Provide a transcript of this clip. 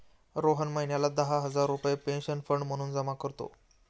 रोहन महिन्याला दहा हजार रुपये पेन्शन फंड म्हणून जमा करतो